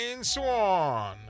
Swan